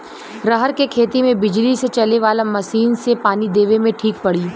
रहर के खेती मे बिजली से चले वाला मसीन से पानी देवे मे ठीक पड़ी?